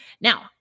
Now